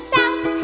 South